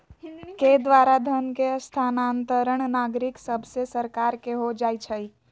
के द्वारा धन के स्थानांतरण नागरिक सभसे सरकार के हो जाइ छइ